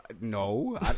No